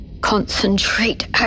Concentrate